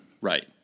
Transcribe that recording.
Right